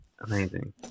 Amazing